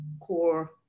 core